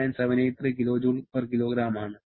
79783 kJ kgK ആണ്